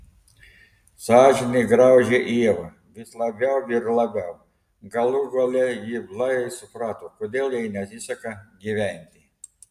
sąžinė graužė ievą vis labiau ir labiau galų gale ji blaiviai suprato kodėl jai nesiseka gyventi